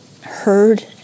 heard